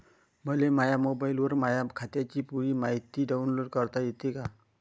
मले माह्या मोबाईलवर माह्या खात्याची पुरी मायती डाऊनलोड करता येते का?